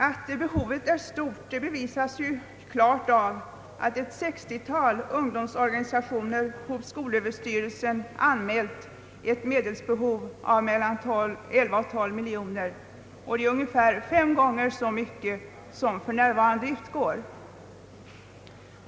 Att behovet är stort bevisas klart av att ett 60-tal ungdomsorganisationer hos <skolöverstyrelsen anmält ett medelsbehov av mellan 11 och 12 miljoner kronor, vilket är ett ungefär fem gånger så stor belopp som det vilket för närvarande utgår.